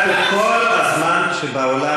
את קיבלת את כל הזמן שבעולם.